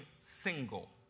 single